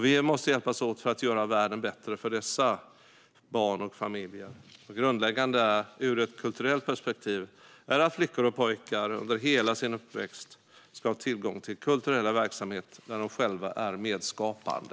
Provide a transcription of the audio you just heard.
Vi måste hjälpas åt att göra världen bättre för dessa barn och familjer. Grundläggande ur ett kulturellt perspektiv är att flickor och pojkar under hela sin uppväxt ska ha tillgång till kulturella verksamheter där de själva är medskapande.